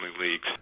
leagues